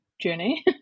journey